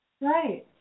Right